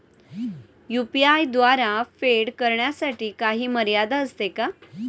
UPI द्वारे फेड करण्यासाठी काही मर्यादा असते का?